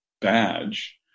badge